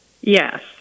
Yes